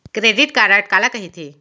Credit card काला कहिथे?